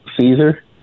Caesar